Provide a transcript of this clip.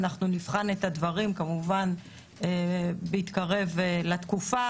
אנחנו נבחן את הדברים כמובן כשנתקרב לתקופה,